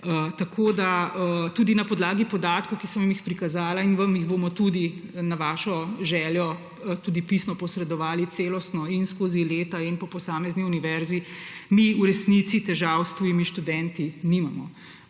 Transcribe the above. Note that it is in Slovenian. tujino. Tudi na podlagi podatkov, ki sem vam jih prikazala in vam jih bomo na vašo željo tudi pisno posredovali – celostno in skozi leta in po posamezni univerzi –, mi v resnici težav s tujimi študenti nimamo.